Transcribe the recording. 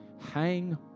Hang